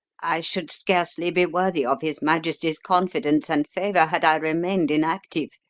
i should scarcely be worthy of his majesty's confidence and favour had i remained inactive.